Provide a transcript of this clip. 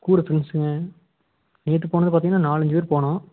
கூட ஃப்ரெண்ஸுங்க நேற்று போனது பார்த்திங்கன்னா நாலு அஞ்சு பேர் போனோம்